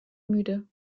müde